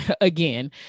Again